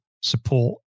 support